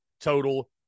total